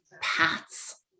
paths